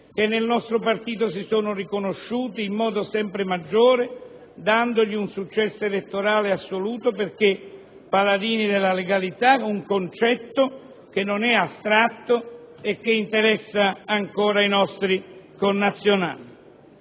che nel nostro partito si sono riconosciuti in modo sempre maggiore, dandogli un successo elettorale assoluto, perché essere paladini della legalità è un concetto che non è astratto e che interessa ancora i nostri connazionali.